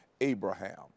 Abraham